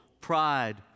pride